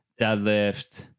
deadlift